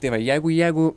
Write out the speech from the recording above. tai va jeigu jeigu